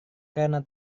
karena